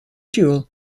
dual